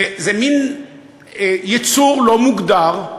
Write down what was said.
זה מין יצור לא מוגדר.